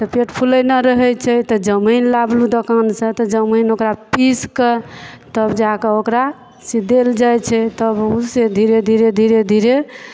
तऽ पेट फूलेनाइ रहै छै तऽ जमाइन लाबलूँ दोकान से तऽ जमाइन ओकरा पीसके तब जाके ओकरा से देल जाइ छै तब ओहिसॅं धीरे धीरे धीरे धीरे